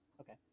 Okay